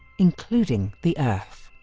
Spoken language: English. including the earth.